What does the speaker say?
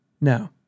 No